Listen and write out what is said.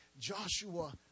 Joshua